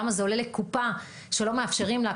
למה זה עולה לקופה שלא מאפשרים לה,